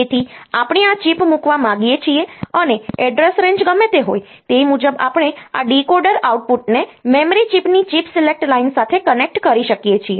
તેથી આપણે આ ચિપ મૂકવા માંગીએ છીએ અને એડ્રેસ રેન્જ ગમે તે હોય તે મુજબ આપણે આ ડીકોડર આઉટપુટને મેમરી ચિપની ચિપ સિલેક્ટ લાઇન સાથે કનેક્ટ કરી શકીએ છીએ